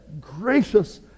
gracious